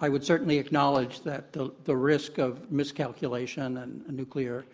i would certainly acknowledge that the the risk of miscalculation and a nuclear